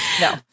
no